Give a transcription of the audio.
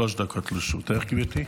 שלוש דקות לרשותך, גברתי.